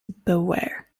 beware